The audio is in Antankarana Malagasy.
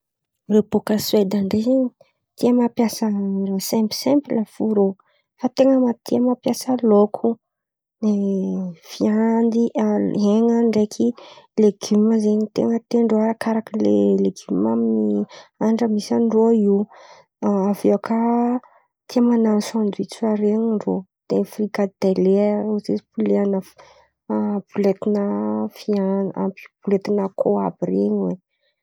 Rô bòka Soeda ndray zen̈y, tia mampiasa raha saimpisaimpila fo rô. Fa ten̈a tia mampiasa laoko, viandy hena ndreky legioma zen̈y ten̈a tiandrô arakaraka lay legioma amin'ny andra misy andrô io. Aviô kà tia manano sandoitsa ren̈y rô. De fikadelea boletina viandy boletina akôho àby reny oe.